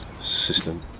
system